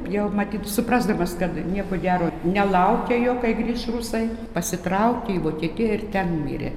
jau matyt suprasdamas kad nieko gero nelaukia jo kai grįš rusai pasitraukė į vokietiją ir ten mirė